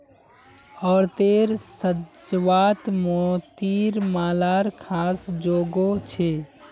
औरतेर साज्वात मोतिर मालार ख़ास जोगो छे